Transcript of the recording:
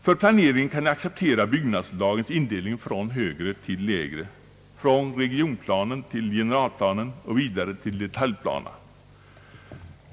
För planeringen kan jag acceptera byggnadslagens indelning från högre till lägre, från regionplanen till generalplanen och vidare till detaljplanerna.